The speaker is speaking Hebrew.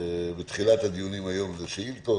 בתחילת הדיונים היום זה שאילתות,